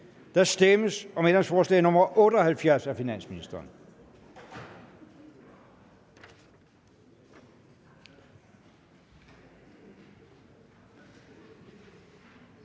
Der stemmes om ændringsforslag nr. 74 af finansministeren,